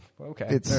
Okay